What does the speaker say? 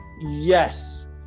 Yes